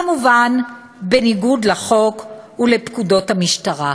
כמובן, בניגוד לחוק ולפקודות המשטרה.